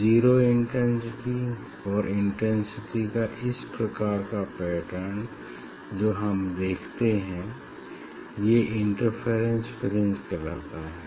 zero intensity और intensity का इस प्रकार का पैटर्न जो हम देखते हैं ये इंटरफेरेंस फ्रिंज कहलाता है